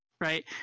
right